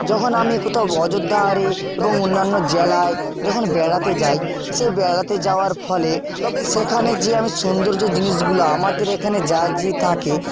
যখন আমি কোথাও অযোধ্যা আরে এবং অন্যান্য জেলায় যখন বেড়াতে যাই সেই বেড়াতে যাওয়ার ফলে সেখানে যেয়ে আমি সুন্দর্য জিনিসগুলা আমাদের এখানে যা জি থাকে